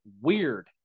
weird